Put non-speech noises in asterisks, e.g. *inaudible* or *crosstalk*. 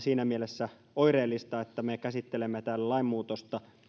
*unintelligible* siinä mielessä oireellista että me käsittelemme täällä lainmuutosta